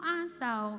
answer